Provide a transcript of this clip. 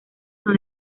son